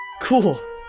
Cool